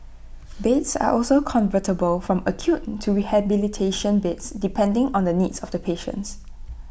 beds are also convertible from acute to rehabilitation beds depending on the needs of the patients